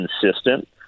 consistent